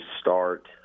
start